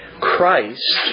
Christ